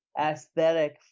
aesthetic